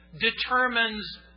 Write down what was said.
Determines